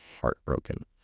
heartbroken